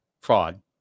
fraud